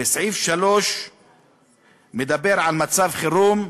וסעיף 3 מדבר על מצב חירום,